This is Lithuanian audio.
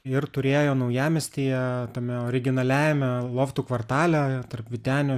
ir turėjo naujamiestyje tame originaliajame loftų kvartale tarp vytenio